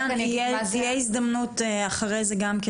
תהיה הזדמנות אחרי זה גם כן,